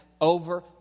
over